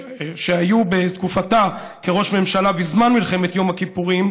שהיו בתקופתה כראש ממשלה בזמן מלחמת יום הכיפורים